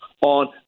on